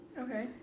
Okay